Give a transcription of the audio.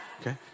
Okay